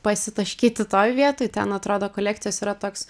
pasitaškyti toj vietoj ten atrodo kolekcijos yra toks